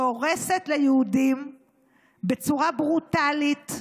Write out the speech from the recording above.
שהורסת ליהודים בצורה ברוטלית,